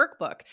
workbook